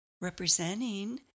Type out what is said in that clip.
representing